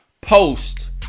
post